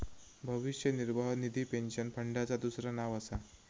भविष्य निर्वाह निधी पेन्शन फंडाचा दुसरा नाव असा